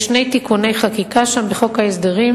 יש שני תיקוני חקיקה שם בחוק ההסדרים.